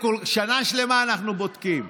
שנה שלמה אנחנו בודקים.